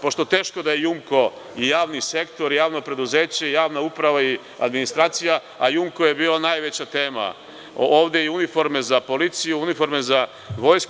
Pošto teško da je „Jumko“ i javni sektor i javno preduzeće, javna uprava i administracija, a „Jumko“ je bio najveća tema ovde, uniforme za policiju, uniforme za vojsku.